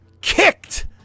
kicked